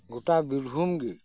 ᱜᱚᱴᱟ ᱵᱤᱨᱵᱷᱩᱢ ᱜᱮ